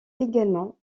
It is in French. également